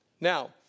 Now